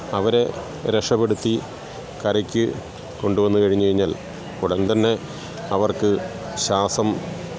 അവരെ രക്ഷപ്പെടുത്തി കരയ്ക്ക് കൊണ്ട്വന്ന് കഴിഞ്ഞുകഴിഞ്ഞാല് ഉടന് തന്നെ അവര്ക്ക് ശ്വാസം